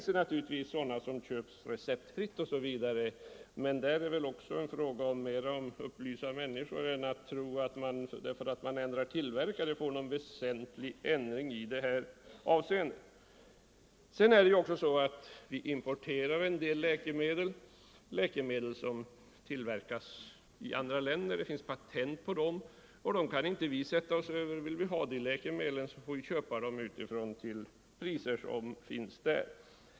Det finns ju också preparat som köps receptfritt, men även på den punkten är det snarare genom att upplysa människor än genom att ändra tillverkare som man kan åstadkomma en ändring. Vi importerar också en del läkemedel, som tillverkas i andra länder. Det finns patent på dessa läkemedel, och vi kan inte sätta oss över dem. Vill vi ha dessa läkemedel får vi köpa dem utifrån till de priser som gäller där.